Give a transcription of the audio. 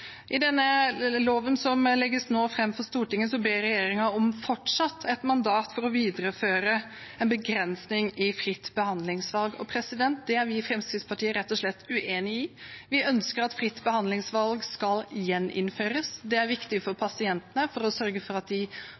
I den loven som nå legges fram for Stortinget, ber regjeringen om et fortsatt mandat for å videreføre en begrensning i fritt behandlingsvalg. Det er vi i Fremskrittspartiet rett og slett uenig i. Vi ønsker at fritt behandlingsvalg skal gjeninnføres. Det er viktig for pasientene, for å sørge for at de